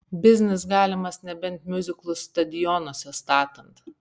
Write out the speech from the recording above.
biznis galimas nebent miuziklus stadionuose statant